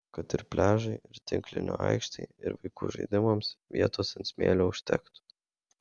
kad ir pliažui ir tinklinio aikštei ir vaikų žaidimams vietos ant smėlio užtektų